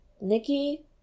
Nikki